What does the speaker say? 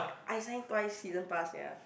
I sign twice season pass sia